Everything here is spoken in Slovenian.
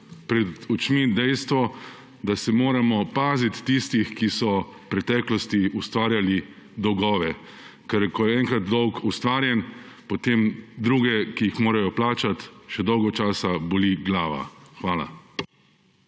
pred očmi dejstvo, da se moramo paziti tistih, ki so v preteklosti ustvarjali dolgove. Ker ko je enkrat dolg ustvarjen, potem druge, ki jih morajo plačati, še dolgo časa boli glava. Hvala.